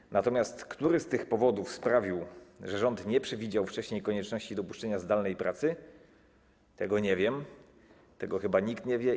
Który natomiast z tych powodów sprawił, że rząd nie przewidział wcześniej konieczności dopuszczenia zdalnej pracy, tego nie wiem, tego chyba nikt nie wie.